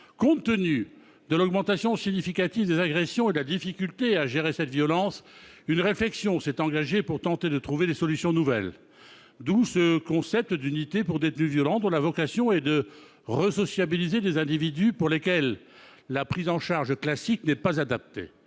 Compte tenu de l'augmentation significative des agressions et de la difficulté à gérer cette violence, une réflexion s'est engagée pour tenter de trouver des solutions nouvelles, d'où le concept « d'unité pour détenus violents », dont la vocation est de resociabiliser des individus pour lesquels la prise en charge classique n'est plus adaptée.